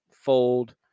fold